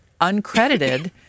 uncredited